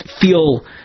feel